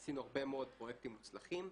עשינו הרבה מאוד פרויקטים מוצלחים.